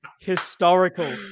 historical